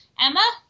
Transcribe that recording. Emma